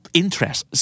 interests